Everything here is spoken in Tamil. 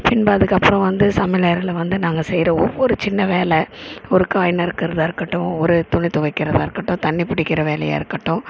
பின்பு அதுக்கு அப்புறம் வந்து சமையல் அறையில் வந்து நாங்கள் செய்யற ஒவ்வொரு சின்ன வேலை ஒரு காய் நறுக்கிறதாக இருக்கட்டும் ஒரு துணி துவைக்கிறதா இருக்கட்டும் தண்ணி பிடிக்கிற வேலையாக இருக்கட்டும்